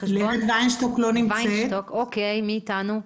מי איתנו?